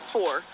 Four